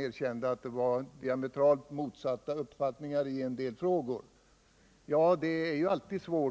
i utskottet förelegat diametralt motsatta uppfattningar i en del frågor och att man på sätt och vis hade lyssnat mer på den ena parten.